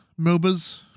MOBAs